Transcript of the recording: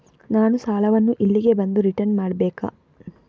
ನಾನು ಸಾಲವನ್ನು ಇಲ್ಲಿಗೆ ಬಂದು ರಿಟರ್ನ್ ಮಾಡ್ಬೇಕಾ?